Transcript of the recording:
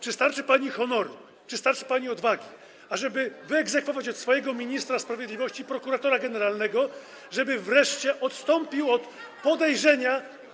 Czy starczy pani honoru, czy starczy pani odwagi, ażeby wyegzekwować od swojego ministra sprawiedliwości - prokuratora generalnego, żeby wreszcie odstąpił od podejrzenia.